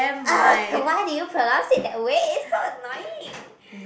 !ugh! why do you pronounce it that way so annoying